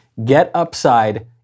GetUpside